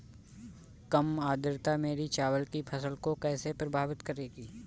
कम आर्द्रता मेरी चावल की फसल को कैसे प्रभावित करेगी?